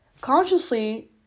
consciously